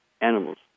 animals